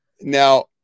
Now